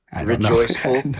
Rejoiceful